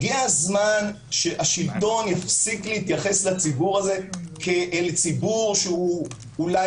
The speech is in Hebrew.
הגיע הזמן שהשלטון יפסיק להתייחס לציבור הזה כאל ציבור שאולי